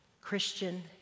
Christian